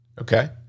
okay